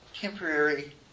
temporary